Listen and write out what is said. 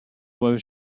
voit